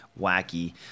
wacky